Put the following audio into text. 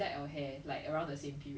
well 这就是这么听得懂 lor